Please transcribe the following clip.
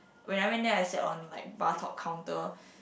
when I went there I sat on like bar top counter